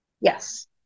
Yes